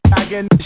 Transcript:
again